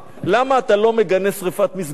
למה אתה לא מגנה שרפת מסגדים,